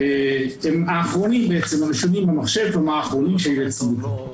אלה הראשונים שהופיעו במחשב כלומר האחרונים שטופלו.